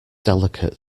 delicate